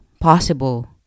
Possible